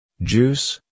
Juice